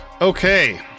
Okay